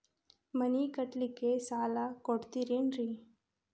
ಮನಿ ಕಟ್ಲಿಕ್ಕ ಸಾಲ ಕೊಡ್ತಾರೇನ್ರಿ?